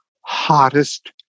hottest